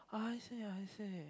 I see I see